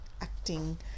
acting